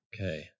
Okay